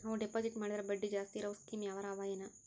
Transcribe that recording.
ನಾವು ಡೆಪಾಜಿಟ್ ಮಾಡಿದರ ಬಡ್ಡಿ ಜಾಸ್ತಿ ಇರವು ಸ್ಕೀಮ ಯಾವಾರ ಅವ ಏನ?